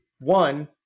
one